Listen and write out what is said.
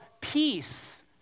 peace